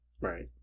Right